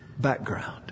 background